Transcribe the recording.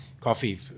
coffee